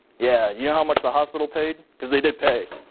yeah yeah how much the hospital paid because they did pay?